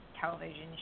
television